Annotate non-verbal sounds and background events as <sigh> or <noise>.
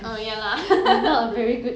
oh ya lah <noise>